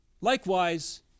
Likewise